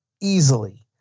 Easily